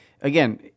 again